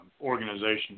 organization